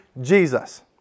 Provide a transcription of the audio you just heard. Jesus